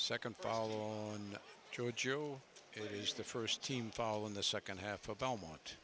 second follow on joe joe it is the first team fall in the second half of belmont